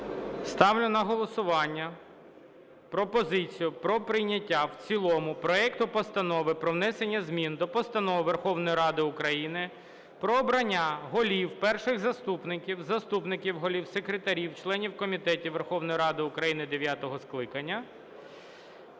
Ставлю на голосування пропозицію про прийняття в цілому проекту Постанови про внесення змін до Постанови Верховної Ради України "Про обрання голів, перших заступників, заступників голів, секретарів, членів комітетів Верховної Ради України дев’ятого скликання"